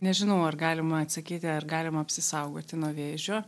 nežinau ar galima atsakyti ar galima apsisaugoti nuo vėžio